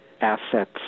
assets